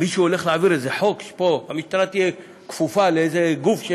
מישהו הולך להעביר איזה חוק פה שהמשטרה תהיה כפופה לאיזה גוף,